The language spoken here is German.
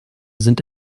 sind